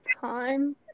time